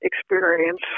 experience